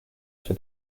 for